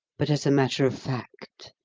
but, as a matter of fact,